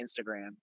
Instagram